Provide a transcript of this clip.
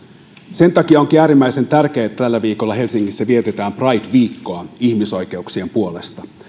sen takia onkin äärimmäisen tärkeää että tällä viikolla helsingissä vietetään pride viikkoa ihmisoikeuksien puolesta